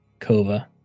Kova